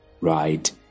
Right